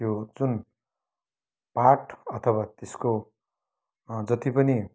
त्यो जुन पार्ट अथवा त्यसको जति पनि